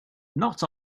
not